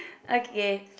okay